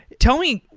tell me,